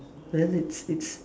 well it's it's